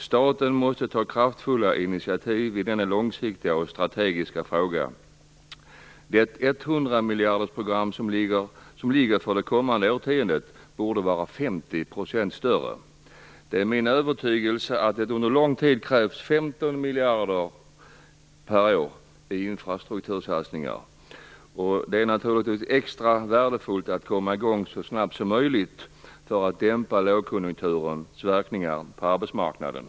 Staten måste ta kraftfulla initiativ i denna långsiktiga och strategiska fråga. Det 100 miljardersprogram som ligger för det kommande årtiondet borde vara 50 % större. Det är min övertygelse att det under lång tid krävs 15 miljarder per år i infrastruktursatsningar. Det är naturligtvis extra värdefullt att komma i gång så snabbt som möjligt för att dämpa lågkonjunkturens verkningar på arbetsmarknaden.